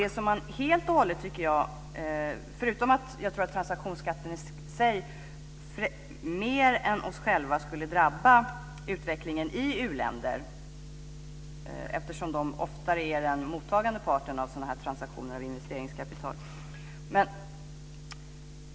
Transaktionsskatten i sig skulle nog drabba utvecklingen i u-länder mer än den skulle drabba oss själva eftersom u-länderna oftare är den mottagande parten avseende sådana här transaktioner när det gäller investeringskapital.